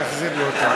תחזיר לי אותו,